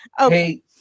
Okay